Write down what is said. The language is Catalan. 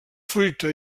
fruita